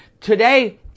Today